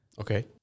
Okay